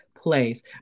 place